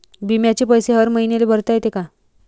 बिम्याचे पैसे हर मईन्याले भरता येते का?